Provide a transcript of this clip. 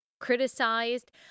criticized